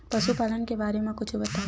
पशुपालन के बारे मा कुछु बतावव?